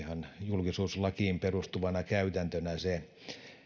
julkisuuslakiin perustuvana käytäntönä se